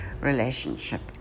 relationship